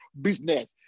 business